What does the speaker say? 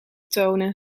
tonen